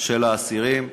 של האסירים בבתי-הסוהר.